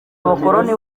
abakoloni